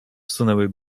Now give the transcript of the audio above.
sunęły